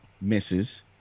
Misses